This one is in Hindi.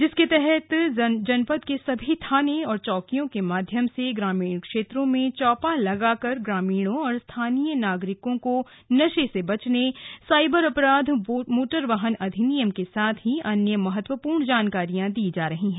जिसके तहत जनपद के सभी थाने और चौकियो के माध्यम से ग्रामीण क्षेत्रो में चौपाल लगाकर ग्रामीणों और स्थानीय नागरिको को नशे से बचने साइबर अपराध मोटर वाहन अधिनियम के साथ ही अन्य महत्वपूर्ण जानकारी दी जा रही है